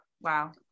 Wow